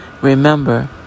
remember